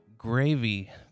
Gravy